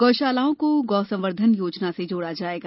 गौ शालाओं को गौ संवर्धन योजना से जोड़ा जायेगा